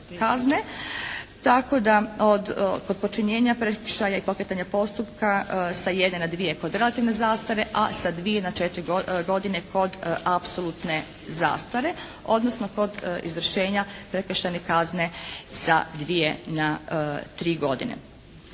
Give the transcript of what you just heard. tako da od počinjenja prekršaja i pokretanja postupka sa jedne na dvije kod relativne zastare a sa dvije na četiri godine kod apsolutne zastare, odnosno kod izvršenja prekršajne kazne na dvije na tri godine.